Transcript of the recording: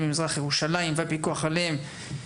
במזרח ירושלים והפיקוח עליהן אושרה.